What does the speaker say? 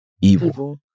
evil